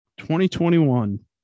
2021